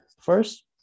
First